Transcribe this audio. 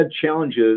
challenges